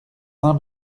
saint